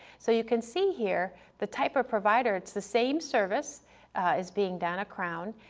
so you can see here the type of provider, it's the same service is being done, a crown,